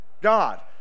god